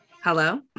Hello